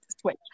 switch